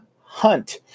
Hunt